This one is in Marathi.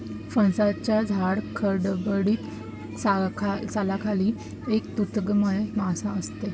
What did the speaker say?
फणसाच्या जाड, खडबडीत सालाखाली एक तंतुमय मांस असते